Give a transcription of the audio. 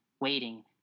waiting